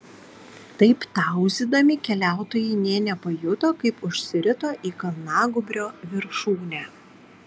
taip tauzydami keliautojai nė nepajuto kaip užsirito į kalnagūbrio viršūnę